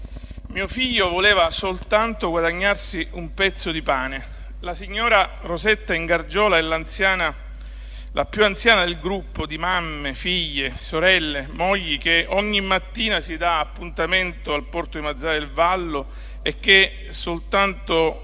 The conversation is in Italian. «mio figlio voleva soltanto guadagnarsi un pezzo di pane». La signora Rosetta Ingargiola è la più anziana del gruppo di mamme, figlie, sorelle e mogli che ogni mattina si dà appuntamento al porto di Mazara del Vallo e che sostano